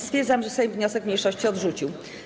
Stwierdzam, że Sejm wniosek mniejszości odrzucił.